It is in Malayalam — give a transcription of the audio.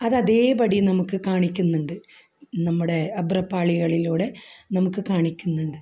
അത് അതേപടി നമുക്ക് കാണിക്കുന്നുണ്ട് നമ്മുടെ അഭ്രപാളികളിലൂടെ നമുക്ക് കാണിക്കുന്നുണ്ട്